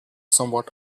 somewhat